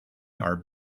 are